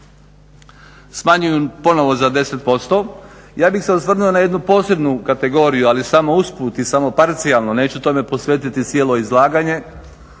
smanjuju ponovo za 10%. Ja bih se osvrnuo na jednu posebnu kategoriju, ali samo usput i samo parcijalno, neću tome posvetiti cijelo izlaganje,